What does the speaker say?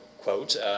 quote